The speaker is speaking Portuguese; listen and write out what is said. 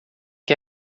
que